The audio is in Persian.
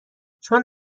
چون